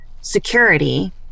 security